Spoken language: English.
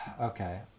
Okay